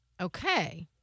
Okay